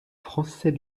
français